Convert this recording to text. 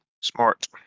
Smart